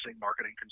marketing